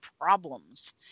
problems